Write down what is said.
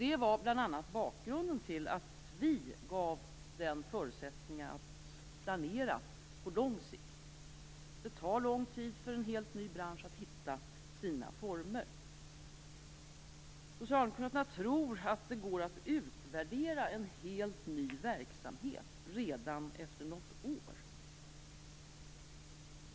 Det var bl.a. bakgrunden till att vi gav den förutsättningar att planera på lång sikt. Det tar lång tid för en helt ny bransch att hitta sina former. Socialdemokraterna tror att det går att utvärdera en helt ny verksamhet redan efter något år.